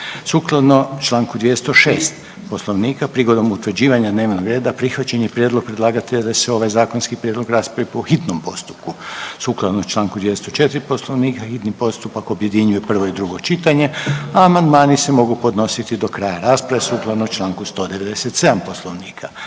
Sukladno čl. 206. Poslovnika prigodom utvrđivanja dnevnog reda prihvaćen je prijedlog predlagatelja da se ovaj zakonski prijedlog raspravi po hitnom postupku. Sukladno čl. 204. Poslovnika, hitni postupak objedinjuje prvo i drugo čitanje, a amandmani se mogu podnositi do kraja rasprave sukladno čl. 197. Poslovnika.